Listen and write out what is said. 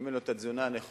אם אין לו התזונה הנכונה,